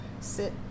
sit